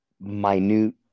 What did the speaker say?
minute